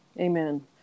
Amen